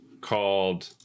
called